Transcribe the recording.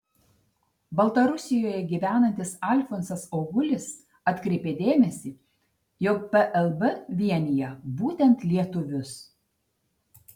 baltarusijoje gyvenantis alfonsas augulis atkreipė dėmesį jog plb vienija būtent lietuvius